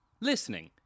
Listening